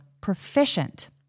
proficient